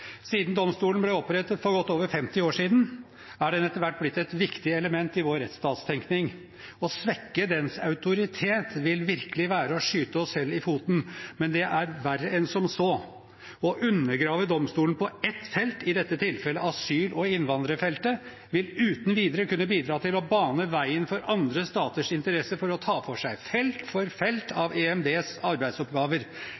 Siden domstolen ble opprettet for godt over 50 år siden, er den etter hvert blitt et viktig element i vår rettsstatstenkning. Å svekke dens autoritet vil virkelig være å skyte oss selv i foten. Men det er verre enn som så. Å undergrave domstolen på ett felt, i dette tilfellet asyl- og innvandrerfeltet, vil uten videre kunne bidra til å bane veien for andre staters interesse for å ta for seg felt for felt